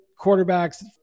quarterbacks